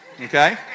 okay